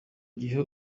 gihe